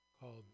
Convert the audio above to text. called